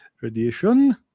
radiation